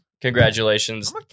Congratulations